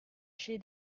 she